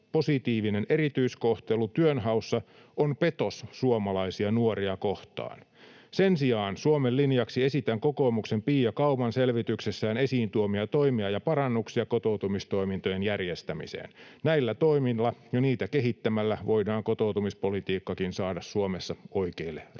positiivinen erityiskohtelu työnhaussa on petos suomalaisia nuoria kohtaan. Sen sijaan Suomen linjaksi esitän kokoomuksen Pia Kauman selvityksessään esiin tuomia toimia ja parannuksia kotoutumistoimintojen järjestämiseen. Näillä toimilla ja niitä kehittämällä voidaan kotoutumispolitiikkakin saada Suomessa oikeille raiteille.